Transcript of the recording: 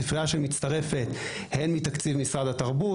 ספרייה שמצטרפת הן מתקציב משרד התרבות,